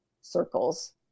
circles